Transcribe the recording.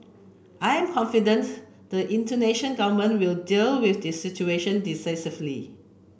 I am confident the Indonesian Government will deal with the situation decisively